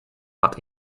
but